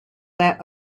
their